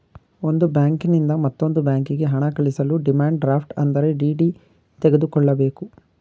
ಒಂದು ಬ್ಯಾಂಕಿನಿಂದ ಮತ್ತೊಂದು ಬ್ಯಾಂಕಿಗೆ ಹಣ ಕಳಿಸಲು ಡಿಮ್ಯಾಂಡ್ ಡ್ರಾಫ್ಟ್ ಅಂದರೆ ಡಿ.ಡಿ ತೆಗೆದುಕೊಳ್ಳಬೇಕು